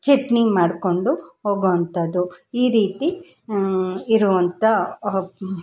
ಚಟ್ನಿ ಮಾಡಿಕೊಂಡು ಹೋಗೋ ಅಂಥದ್ದು ಈ ರೀತಿ ಇರುವಂಥ